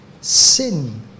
sin